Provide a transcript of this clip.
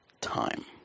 time